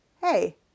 hey